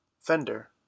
FENDER